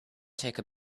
take